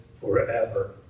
forever